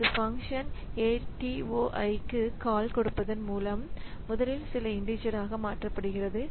அது function atoi க்கு கால் கொடுப்பதன் மூலம் முதலில் சில இண்டீஜர் ஆக மாற்றப்படுகிறது